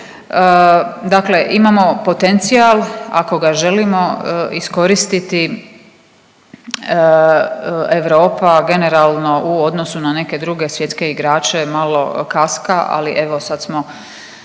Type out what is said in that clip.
Dakle, imamo potencijal ako ga želimo iskoristiti Europa generalno u odnosu na neke druge svjetske igrače malo kaska, ali evo sad smo